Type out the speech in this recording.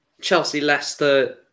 Chelsea-Leicester